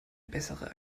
bessere